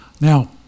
Now